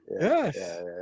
yes